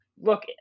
look